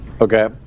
Okay